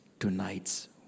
Tonight's